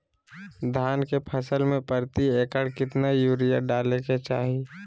धान के फसल में प्रति एकड़ कितना यूरिया डाले के चाहि?